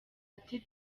ati